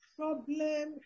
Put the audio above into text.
problem